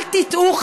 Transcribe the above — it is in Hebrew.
אל תטעו,